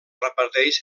reparteix